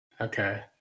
Okay